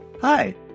Hi